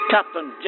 Captain